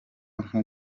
nko